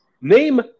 name